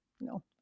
No